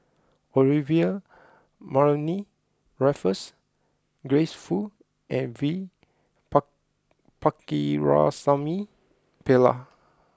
Olivia Mariamne Raffles Grace Fu and V Par Pakirisamy Pillai